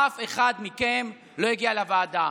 אף אחד מכם לא הגיע לוועדה.